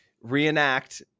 reenact